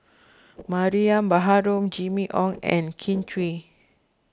Mariam Baharom Jimmy Ong and Kin Chui